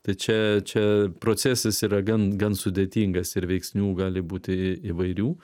tai čia čia procesas yra gan gan sudėtingas ir veiksnių gali būti įvairių